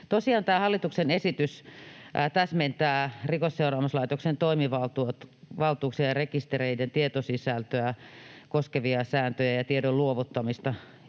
hallituksen esitys täsmentää Rikosseuraamuslaitoksen toimivaltuuksia ja rekistereiden tietosisältöä koskevia sääntöjä ja tiedon luovuttamista